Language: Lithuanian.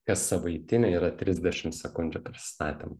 kassavaitinė yra trisdešim sekundžių prisistatymas